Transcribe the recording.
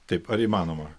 taip ar įmanoma